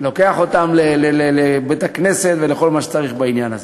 לוקח אותם לבית-הכנסת ולכל מה שצריך בעניין הזה.